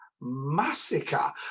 massacre